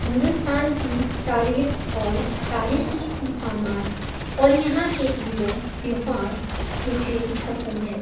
ہندوستان کی تاریخ اور تاریخی مقامات اور یہاں کے عید و تہوار مجھے پسند ہے